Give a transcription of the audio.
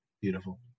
Beautiful